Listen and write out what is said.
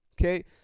okay